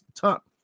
top